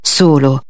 solo